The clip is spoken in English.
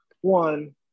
one